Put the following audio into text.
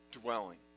dwelling